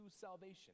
salvation